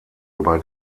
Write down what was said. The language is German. über